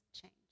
change